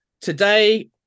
Today